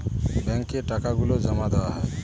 ব্যাঙ্কে টাকা গুলো জমা দেওয়া হয়